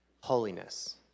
holiness